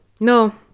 No